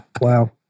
Wow